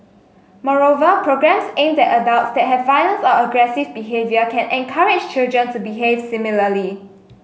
moreover programmes aimed at adults that have violence or aggressive behaviour can encourage children to behave similarly